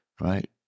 right